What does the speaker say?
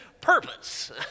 purpose